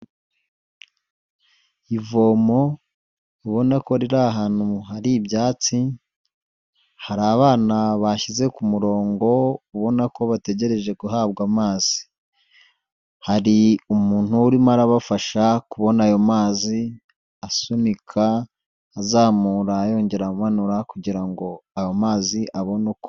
Ivomo ubona ko riri ahantu hari ibyatsi, hari abana bashyize ku murongo ubona ko bategereje guhabwa amazi, hari umuntu urimo arabafasha kubona ayo mazi asunika azamura yongera amanura kugirango ayo mazi abone uko.